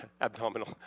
abdominal